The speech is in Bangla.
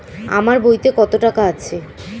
আমার বইতে কত টাকা আছে?